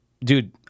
dude